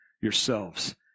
yourselves